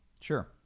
Sure